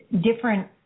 different